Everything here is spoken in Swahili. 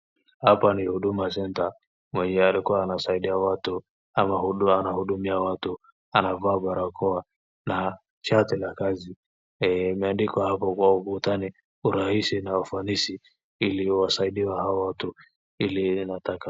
Hapa ni Huduma Centre . Mwenye alikuwa anasaidia watu, anahudumia watu anavaa barakoa na shati la kazi. Imeandikwa hapo kwa ukutani, urahisi na ufanisi ili wasaidie hao watu ile inatakikana.